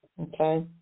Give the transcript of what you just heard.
okay